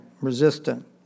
resistant